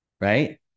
right